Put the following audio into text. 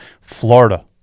Florida